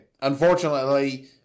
unfortunately